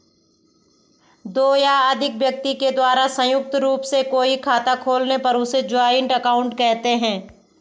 दो या अधिक व्यक्ति के द्वारा संयुक्त रूप से कोई खाता खोलने पर उसे जॉइंट अकाउंट कहते हैं